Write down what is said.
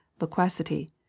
loquacity